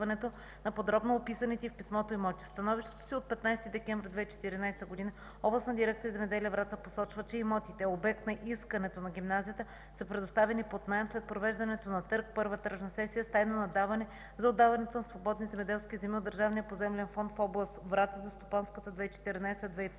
на подробно описаните в писмото имоти. В становището си от 15 декември 2014 г. Областна дирекция „Земеделие” – Враца посочва, че имотите – обект на искането на гимназията, са предоставени под наем, след провеждането на търг – първа тръжна сесия, с тайно наддаване за отдаването на свободни земеделски земи от Държавния поземлен фонд в област Враца, за стопанската 2014/2015